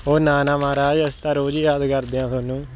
ਉਏ ਨਾ ਨਾ ਮਹਾਰਾਜ ਅਸੀਂ ਤਾਂ ਰੋਜ਼ ਯਾਦ ਕਰਦੇ ਹਾਂ ਤੁਹਾਨੂੰ